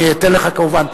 אני אתן לך כמובן,